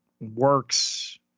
works